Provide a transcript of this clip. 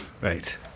Right